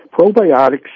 Probiotics